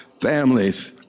families